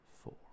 four